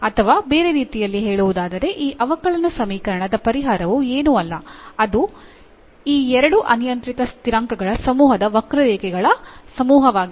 ಅಥವಾ ಬೇರೆ ರೀತಿಯಲ್ಲಿ ಹೇಳುವುದಾದರೆ ಈ ಅವಕಲನ ಸಮೀಕರಣದ ಪರಿಹಾರವು ಏನೂ ಅಲ್ಲ ಅದು ಈ ಎರಡು ಅನಿಯಂತ್ರಿತ ಸ್ಥಿರಾಂಕಗಳ ಸಮೂಹದ ವಕ್ರರೇಖೆಗಳ ಸಮೂಹವಾಗಿದೆ